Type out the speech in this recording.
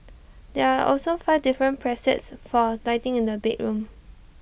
there are also five different presets for lighting in the bedroom